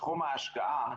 בתחום ההשקעה,